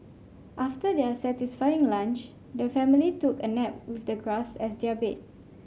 after their satisfying lunch the family took a nap with the grass as their bed